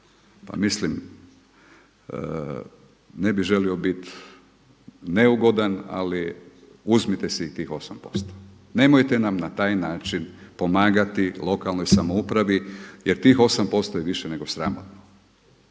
Pa mislim, ne bih želio biti neugodan, ali uzmite si tih 8 posto. Nemojte nam na taj način pomagati lokalnoj samoupravi jer tih 8 posto je više nego sramotno.